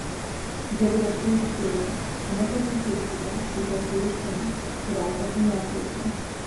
jie griežtai įspėjo niekur nesiųskite ypač į užsienį šių valkatų nuotraukų